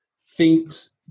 thinks